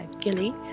Gilly